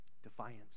defiance